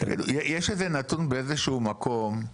יש איזה נתון באיזשהו מקום,